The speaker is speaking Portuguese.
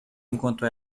enquanto